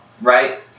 right